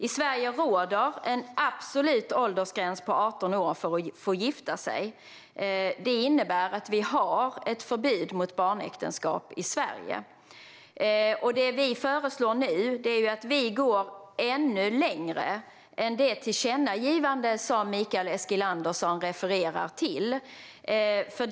I Sverige råder en absolut åldersgräns på 18 år för att gifta sig. Det innebär att vi har ett förbud mot barnäktenskap i Sverige. Det vi nu föreslår innebär också att vi går ännu längre än det tillkännagivande som Mikael Eskilandersson refererar till.